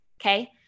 Okay